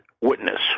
witness